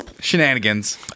shenanigans